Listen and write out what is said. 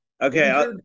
Okay